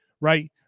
right